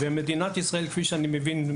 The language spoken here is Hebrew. כפי שאני מבין,